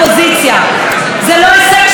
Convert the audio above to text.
זה לא הישג